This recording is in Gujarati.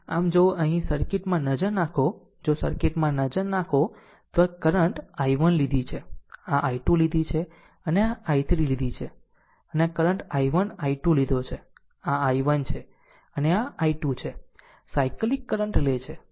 આમ જો અહીં સર્કિટમાં નજર નાખો જો સર્કિટમાં નજર નાખો તો આ કરંટ I1 લીધી છે આ I2 લીધી છે અને આ I3 લીધી છે અને અને કરંટ I1 I2 લીધો છે આ I1 છે અને આ I2 છે સાયકલીક કરંટ લે છે